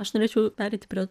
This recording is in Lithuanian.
aš norėčiau pereiti prie